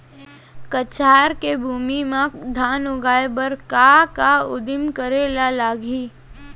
कछार के भूमि मा धान उगाए बर का का उदिम करे ला लागही?